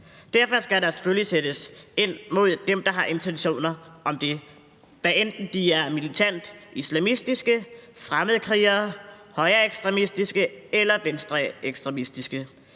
Derfor skal der selvfølgelig sættes ind mod dem, der har intentioner om det, hvad enten de er militant islamistiske, fremmedkrigere, højreekstremistiske eller venstreekstremistiske.